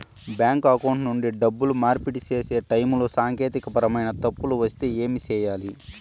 bank account నుండి డబ్బులు మార్పిడి సేసే టైములో సాంకేతికపరమైన తప్పులు వస్తే ఏమి సేయాలి